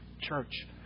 Church